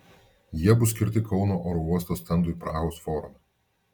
jie bus skirti kauno oro uosto stendui prahos forume